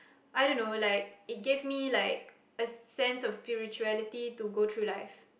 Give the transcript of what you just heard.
I don't know like it gave me like a sense of spirituality to go through life